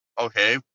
okay